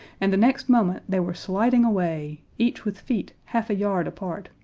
and the next moment they were sliding away, each with feet half a yard apart,